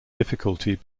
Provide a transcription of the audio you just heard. difficulty